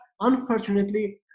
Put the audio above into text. unfortunately